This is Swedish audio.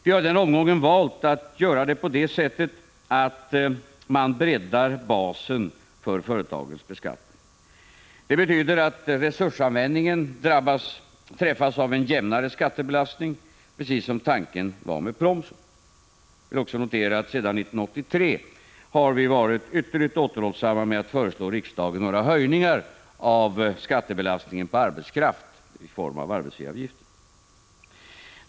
Vi har i den här omgången valt att göra det på det sättet att vi breddar basen för företagens beskattning. Det betyder att resursanvändningen träffas av en jämnare skattebelastning, precis som tanken var med promsen. Jag vill också notera att sedan 1983 har vi varit ytterligt återhållsamma med att föreslå riksdagen några höjningar av skattebelastningen på arbetskraft i form av arbetsgivaravgifter.